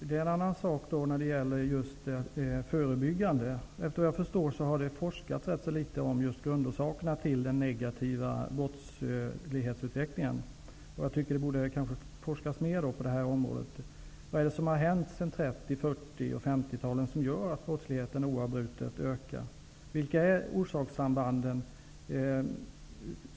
Herr talman! Som jag förstår har det forskats rätt litet om grundorsakerna när det gäller förebyggande åtgärder mot den negativa brottslighetsutvecklingen. Jag tycker att det borde forskas mer på detta område. Vad har hänt sedan 1930 , 1940 och 1950-talen som gör att brottsligheten oavbrutet ökar? Vilka är orsakssambanden?